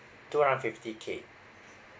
two hundred fifty K